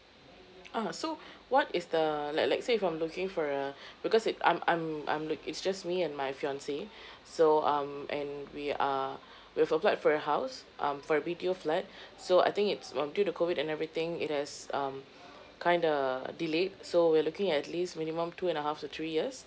ah so what is the like let's say if I'm looking for a because it I'm I'm I'm like it's just me and my fiance so um and we are we're for a house um for a B_T_O flat so I think it's um due to COVID and everything it has um kind uh delayed so we're looking at least minimum two and a half to three years